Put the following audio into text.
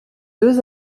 deux